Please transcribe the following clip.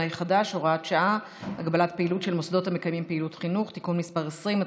החדש (הוראת שעה) (הגבלת פעילות והוראות שונות) (תיקון מס' 30),